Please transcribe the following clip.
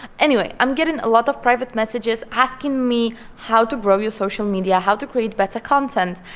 anyway i'm getting a lot of private messages asking me how to grow your social media? how to create better content?